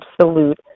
absolute